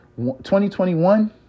2021